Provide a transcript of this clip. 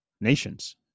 nations